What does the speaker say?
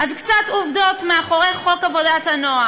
קצת עובדות על מה שעומד מאחורי הצעת חוק עבודת הנוער.